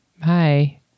Hi